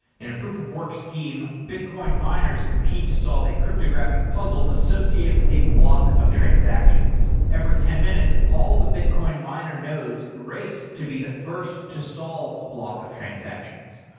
in a proof of work scheme, bitcoin miners compete to solve a cryptographic puzzle associated with a block of transactions. every ten minutes, all the bitcoin miner nodes race to be the first to solve a block of transactions.